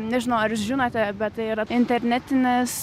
nežinau ar jūs žinote bet tai yra internetinis